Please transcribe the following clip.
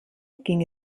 ging